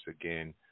again